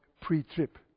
pre-trip